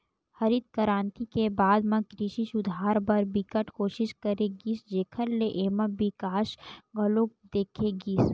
हरित करांति के बाद म कृषि सुधार बर बिकट कोसिस करे गिस जेखर ले एमा बिकास घलो देखे गिस